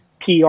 PR